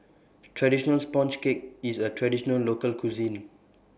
Traditional Sponge Cake IS A Traditional Local Cuisine